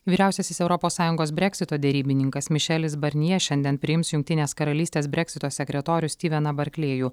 vyriausiasis europos sąjungos breksito derybininkas mišelis barnie šiandien priims jungtinės karalystės breksito sekretorių stiveną barklėjų